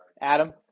Adam